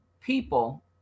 people